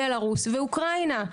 בלרוס ואוקראינה.